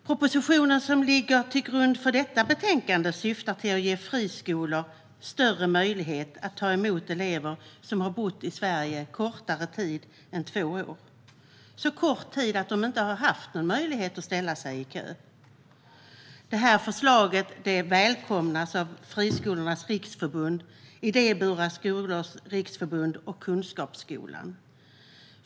Propositionen som ligger till grund för detta betänkande syftar till att ge friskolor större möjlighet att ta emot elever som har bott i Sverige kortare tid än två år, det vill säga så kort tid att de inte har haft möjlighet att ställa sig i kö. Förslaget välkomnas av Friskolornas riksförbund, Idéburna skolors riksförbund och Kunskapsskolan.